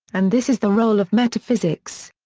and this is the role of metaphysics.